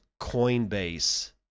Coinbase